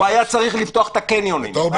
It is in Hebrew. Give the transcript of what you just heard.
הוא היה צריך לפתוח את הקניונים,